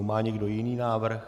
Má někdo jiný návrh?